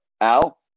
Al